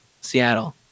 Seattle